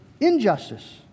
injustice